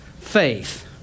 faith